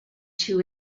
two